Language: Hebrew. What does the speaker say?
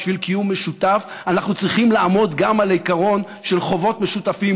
בשביל קיום משותף אנחנו צריכים לעמוד גם על העיקרון של חובות משותפות,